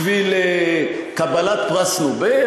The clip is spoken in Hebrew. בשביל קבלת פרס נובל?